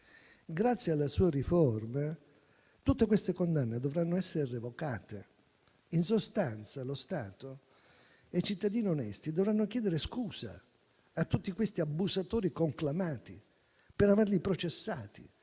Grazie alla sua riforma tutte queste condanne dovranno essere revocate. In sostanza, lo Stato e i cittadini onesti dovranno chiedere scusa a tutti questi abusatori conclamati per averli processati